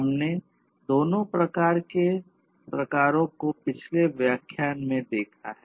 हमने दोनों प्रकारों को पिछले व्याख्यान में देखा है